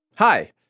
Hi